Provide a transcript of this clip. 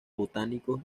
botánicos